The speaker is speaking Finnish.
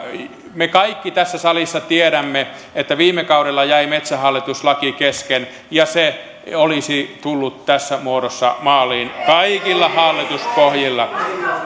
me kaikki tässä salissa tiedämme että viime kaudella jäi metsähallitus laki kesken ja se olisi tullut tässä muodossa maaliin kaikilla hallituspohjilla